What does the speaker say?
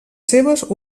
seves